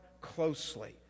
closely